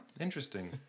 interesting